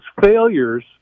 failures